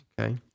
Okay